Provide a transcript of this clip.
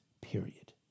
period